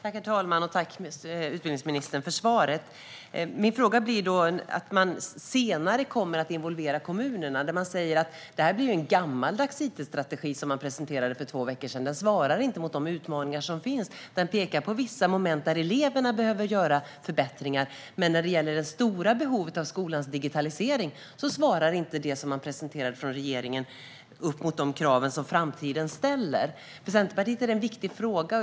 Herr talman! Jag tackar utbildningsministern för svaret. Man kommer att involvera kommunerna senare. Där säger man att det var en gammaldags it-strategi som presenterades för två veckor sedan. Den svarar inte mot de utmaningar som finns. Den pekar på vissa moment där eleverna behöver göra förbättringar, men när det gäller det stora behovet av digitalisering av skolan svarar det som regeringen presenterade inte upp mot de krav som framtiden ställer. För Centerpartiet är detta en viktig fråga.